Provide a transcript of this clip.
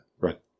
Right